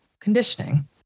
conditioning